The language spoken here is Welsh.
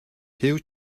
huw